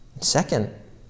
Second